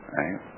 right